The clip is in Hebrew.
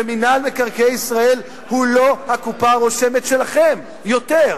שמינהל מקרקעי ישראל הוא לא הקופה הרושמת שלכם יותר,